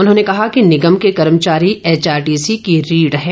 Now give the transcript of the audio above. उन्होंने कहा कि निगम के कर्मचारी एचआरटीसी की रीढ़ है